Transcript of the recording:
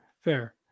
Fair